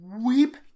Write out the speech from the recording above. weep